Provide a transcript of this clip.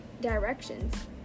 directions